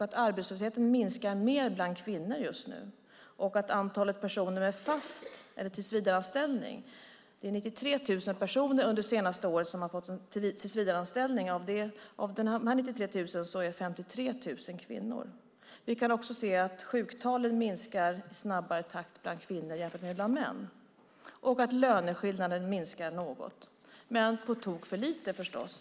Arbetslösheten minskar mer bland kvinnor just nu. Det är 93 000 personer under det senaste året som har fått en tillsvidareanställning, och av dem är 53 000 kvinnor. Vi kan också se att sjuktalen minskar i snabbare takt bland kvinnor jämfört med män. Löneskillnaderna minskar också något, men förstås på tok för lite.